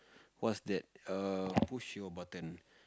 what's that err push your button